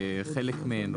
סעיף 16 להסתייגויות.